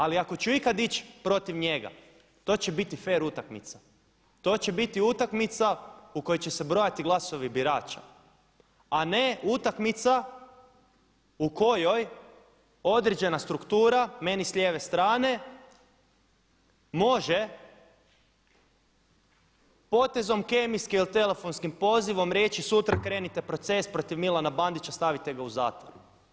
Ali ako ću ikad ići protiv njega to će biti fer utakmica, to će biti utakmica u kojoj će se brojati glasovi birača, a ne utakmica u kojoj određena struktura meni s lijeve strane može potezom kemijske ili telefonskim pozivom reći sutra krenite proces protiv Milana Bandića, stavite ga u zatvor.